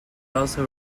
also